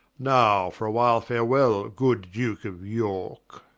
now for a-while farewell good duke of yorke.